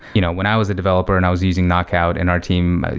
you know when i was a developer and i was using knockout in our team,